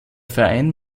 verein